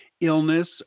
illness